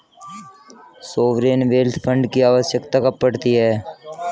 Sovereign wealth fund की आवश्यकता कब पड़ती है?